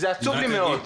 זה עצוב לי מאוד.